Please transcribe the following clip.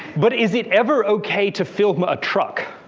but is it ever ok to film a truck.